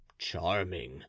Charming